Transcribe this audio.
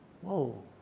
Whoa